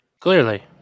Clearly